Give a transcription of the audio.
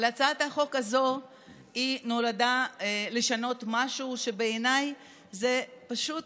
אבל הצעת החוק הזו נועדה לשנות משהו שבעיניי זה פשוט